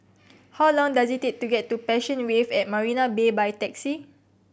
how long does it take to get to Passion Wave at Marina Bay by taxi